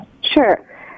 Sure